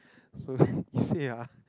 so then you see ah